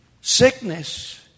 sickness